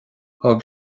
thug